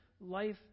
life